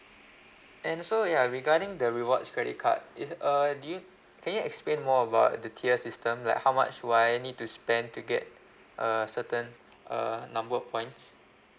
and so ya regarding the rewards credit card it's uh do you can you explain more about the tier system like how much will I need to spend to get a certain uh number of points